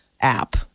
app